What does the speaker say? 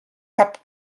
cap